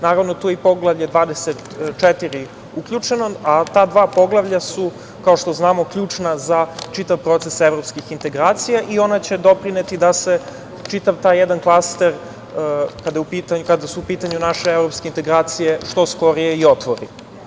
Naravno, tu je i Poglavlje 24 uključeno, ali ta dva poglavlja su kao što znamo ključna za čitav proces evropskih integracija i ona će doprineti da se čitava taj jedan klaster, kada su u pitanju naše evropske integracije što skorije i otvori.